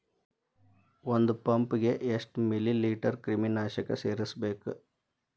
ಒಂದ್ ಪಂಪ್ ಗೆ ಎಷ್ಟ್ ಮಿಲಿ ಲೇಟರ್ ಕ್ರಿಮಿ ನಾಶಕ ಸೇರಸ್ಬೇಕ್?